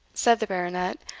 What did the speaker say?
said the baronet,